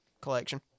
Collection